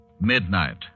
Midnight